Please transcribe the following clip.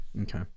Okay